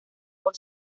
por